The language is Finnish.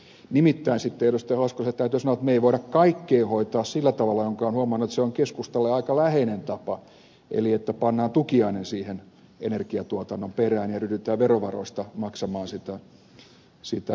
hoskoselle täytyy sanoa että me emme voi kaikkea hoitaa sillä tavalla josta olen huomannut että se on keskustalle aika läheinen tapa että pannaan tukiainen siihen energiantuotannon perään ja ryhdytään verovaroista maksamaan sitä sähköntuottoa